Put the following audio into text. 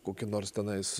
kokį nors tenais